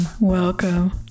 Welcome